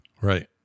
Right